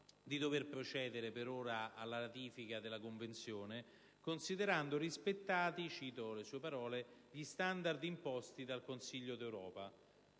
di dover procedere, per ora, alla ratifica della Convenzione, considerando «rispettati gli standard imposti dal Consiglio d'Europa»